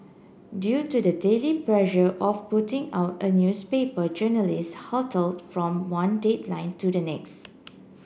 due to the daily pressure of putting out a newspaper journalists hurtled from one deadline to the next